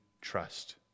trust